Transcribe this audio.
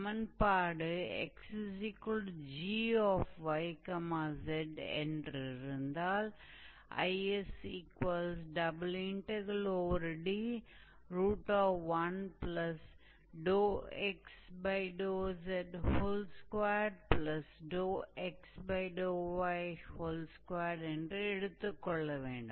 சமன்பாடு 𝑥𝑔𝑦𝑧 என்றிருந்தால் IsD1xz2xy2என்று எடுத்துக்கொள்ள வேண்டும்